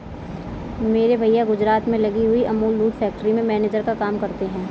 मेरे भैया गुजरात में लगी हुई अमूल दूध फैक्ट्री में मैनेजर का काम करते हैं